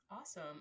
Awesome